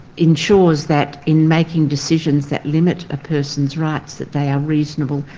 ensures that in making decisions that limit a person's rights, that they are reasonable,